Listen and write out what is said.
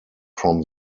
from